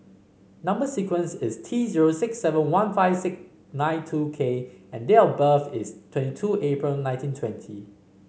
number sequence is T zero six seven one five nine two K and date of birth is twenty two April nineteen twenty